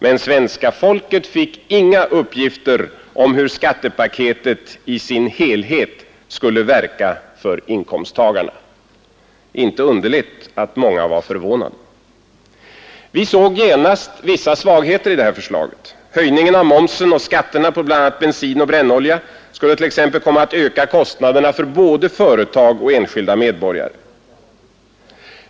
Men svenska folket fick inga uppgifter om hur skattepaketet i sin helhet skulle verka för inkomsttagarna. Inte underligt att många var förvånade! Vi såg genast vissa svagheter i förslaget. Höjningen av momsen och skatterna på bl.a. bensin och brännolja skulle t.ex. komma att öka kostnaderna för både företag och enskilda medborgare.